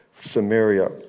Samaria